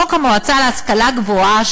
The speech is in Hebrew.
חוק המועצה להשכלה גבוהה,